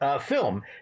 film